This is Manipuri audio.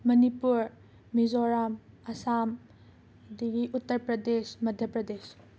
ꯃꯅꯤꯄꯨꯔ ꯃꯤꯖꯣꯔꯥꯝ ꯑꯁꯥꯝ ꯑꯗꯒꯤ ꯎꯠꯇꯔ ꯄ꯭ꯔꯗꯦꯁ ꯃꯗ꯭ꯌ ꯄ꯭ꯔꯗꯦꯁ